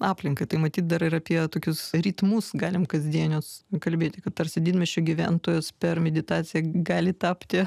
aplinką tai matyt dar ir apie tokius ritmus galim kasdienius kalbėti kad tarsi didmiesčio gyventojas per meditaciją gali tapti